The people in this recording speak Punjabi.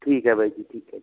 ਠੀਕ ਹੈ ਬਾਈ ਜੀ ਠੀਕ ਹੈ